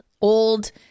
old